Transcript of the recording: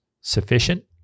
sufficient